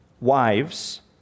Wives